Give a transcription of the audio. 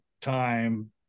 time